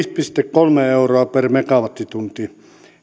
kolme euroa per megawattitunti